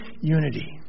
unity